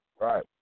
Right